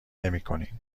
نمیکنیم